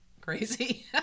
crazy